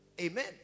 amen